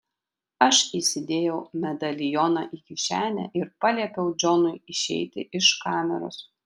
aš įsidėjau medalioną į kišenę ir paliepiau džonui išeiti iš kameros